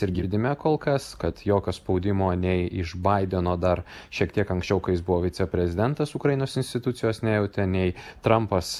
ir girdime kol kas kad jokio spaudimo nei iš baideno dar šiek tiek anksčiau kai jis buvo viceprezidentas ukrainos institucijos nejautė nei trampas